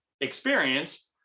experience